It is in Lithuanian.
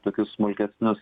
tokius smulkesnius